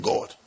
God